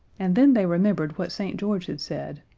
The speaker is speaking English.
and then they remembered what st. george had said.